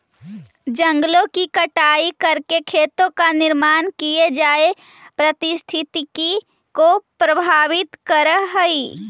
जंगलों की कटाई करके खेतों का निर्माण किये जाए पारिस्थितिकी को प्रभावित करअ हई